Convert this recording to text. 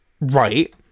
right